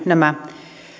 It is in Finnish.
nämä